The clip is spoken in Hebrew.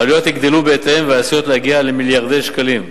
העלויות יגדלו בהתאם ועשויות להגיע למיליארדי שקלים.